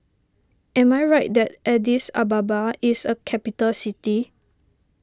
am I right that Addis Ababa is a capital city